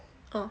oh